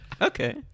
Okay